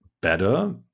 better